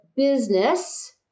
business